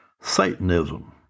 Satanism